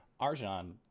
arjan